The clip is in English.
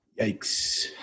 Yikes